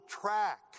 track